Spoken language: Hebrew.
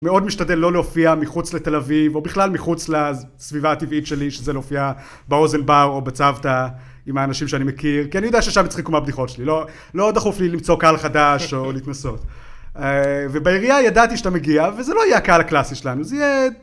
מאוד משתדל לא להופיע מחוץ לתל אביב, או בכלל מחוץ לסביבה הטבעית שלי שזה להופיע באוזן בר או בצוותא עם האנשים שאני מכיר, כי אני יודע ששם יצחקו מהבדיחות שלי, לא דחוף לי למצוא קהל חדש או להתנסות. ובעירייה ידעתי שאתה מגיע, וזה לא היה הקהל הקלאסי שלנו, זה יהיה